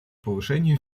повышению